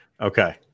Okay